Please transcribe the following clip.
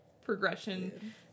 progression